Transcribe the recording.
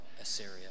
Assyria